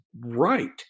Right